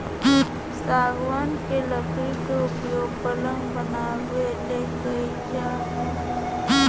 सागवान के लकड़ी के उपयोग पलंग बनाबे ले कईल जा हइ